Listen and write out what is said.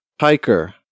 hiker